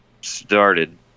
started